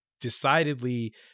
decidedly